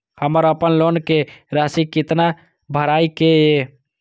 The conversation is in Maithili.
हमर अपन लोन के राशि कितना भराई के ये?